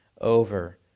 over